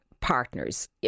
partners